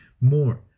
more